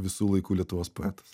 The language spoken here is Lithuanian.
visų laikų lietuvos poetas